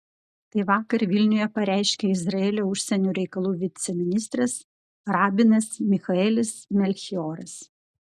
tai vakar vilniuje pareiškė izraelio užsienio reikalų viceministras rabinas michaelis melchioras